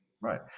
Right